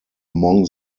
among